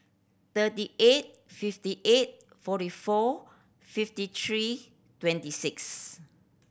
thirty eight fifty eight forty four fifty three twenty six